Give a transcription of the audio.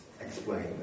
explain